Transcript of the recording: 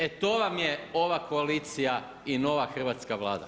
E to vam je ova koalicija i nova hrvatska Vlada.